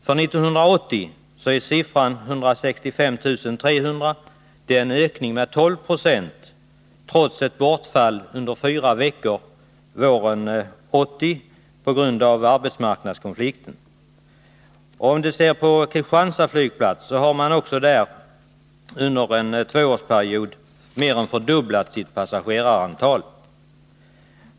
För 1980 är siffran 165 300, en ökning med 12 976, trots ett bortfall under fyra veckor våren 1980 på grund av arbetsmarknadskonflikten. På Kristianstads flygplats har man också under en tvåårsperiod mer än fördubblat sitt passagerarantal.